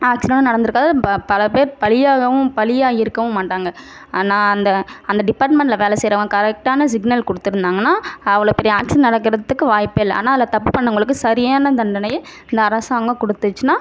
ஆக்சிடெனும் நடந்திருக்காது ப பல பேர் பலியாகவும் பலியாயிருக்கவும் மாட்டாங்க ஆனால் அந்த அந்த டிபார்ட்மண்ட்டில் வேலை செய்யறவங்க கரக்ட்டான சிக்னல் கொடுத்துருந்தாங்கனா அவ்வளோ பெரிய ஆக்சிடென்ட் நடக்கறத்துக்கு வாய்ப்பே இல்ல ஆனால் அதில் தப்பு பண்ணவங்களுக்கு சரியான தண்டனையை இந்த அரசாங்கம் கொடுத்துச்சுனா